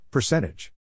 Percentage